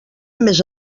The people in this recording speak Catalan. més